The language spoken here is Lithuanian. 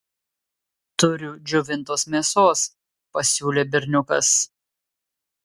turiu džiovintos mėsos pasiūlė berniukas